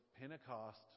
Pentecost